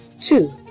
two